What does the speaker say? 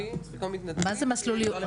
מה זה מסלול ייעודי?